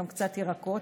גם קצת ירקות,